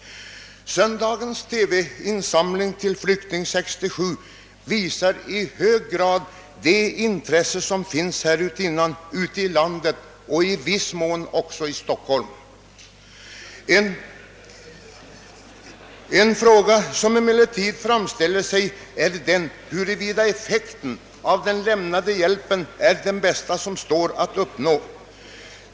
Söndagens TV-insamling till Flykting 67 visar i hög grad det intresse som finns härutinnan ute i landet och i viss mån också i Stockholm. En fråga som emellertid framställer sig är den, huruvida effekten av den lämnade hjälpen är den bästa som står att uppnå.